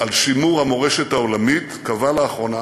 על שימור המורשת העולמית קבע לאחרונה